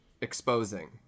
exposing